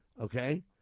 okay